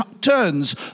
turns